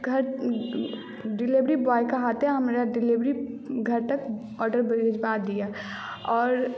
delivery बॉयकेँ हाथे हमरा डिलीवरी हमरा घर तक ऑर्डर भेजबा दिअ आओर